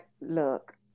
look